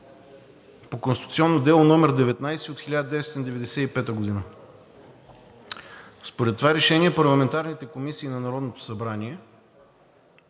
по Конституционно дело № 19 от 1995 г. Според това решение парламентарните комисии на Народното събрание